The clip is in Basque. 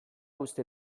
uste